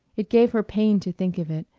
it gave her pain to think of it,